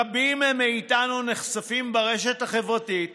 רבים מאיתנו נחשפים ברשת החברתית